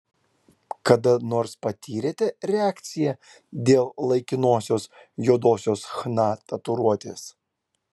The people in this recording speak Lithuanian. kada nors patyrėte reakciją dėl laikinosios juodosios chna tatuiruotės